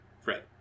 Fred